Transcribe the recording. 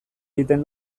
egiten